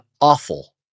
awful